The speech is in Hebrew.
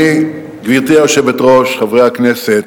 גברתי היושבת-ראש, חברי הכנסת,